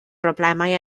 broblemau